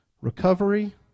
recovery